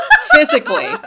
physically